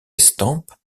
estampes